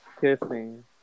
kissing